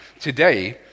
Today